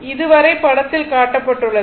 இது வரை படத்தில் காட்டப்பட்டுள்ளது